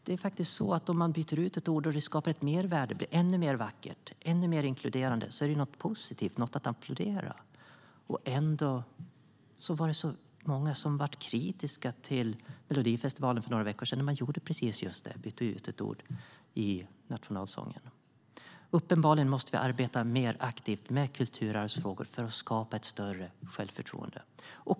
Det är faktiskt så att om man byter ut ett ord och det skapar ett mervärde och det blir ännu mer vackert och ännu mer inkluderande, då är det något positivt, något att applådera. Ändå var så många kritiska till Melodifestivalen för några veckor sedan, när man gjorde precis det, bytte ut ett ord i nationalsången. Uppenbarligen måste vi arbeta mer aktivt med kulturarvsfrågor för att skapa ett större självförtroende.